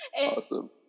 Awesome